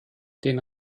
den